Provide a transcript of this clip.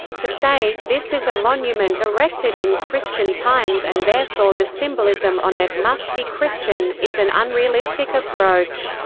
to say, this is a monument erected in christian times and therefore the symbolism on it must be christian is an unrealistic approach.